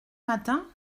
matin